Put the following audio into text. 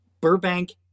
Burbank